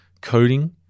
coding